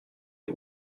est